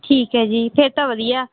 ਠੀਕ ਹੈ ਜੀ ਫਿਰ ਤਾਂ ਵਧੀਆ